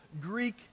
Greek